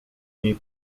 niej